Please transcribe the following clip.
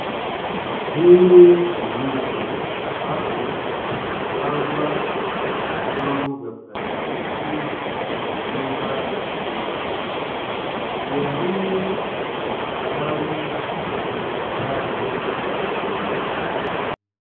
Hii ni miche ambapo imepangwa kwenye vyombo vya plastiki kwenye vyumbavyumba, mimea hii imestawi na ipo tayari kwa matumizi.